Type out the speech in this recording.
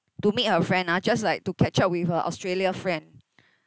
to meet her friend ah just like to catch up with her australia friend